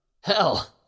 Hell